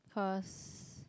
cause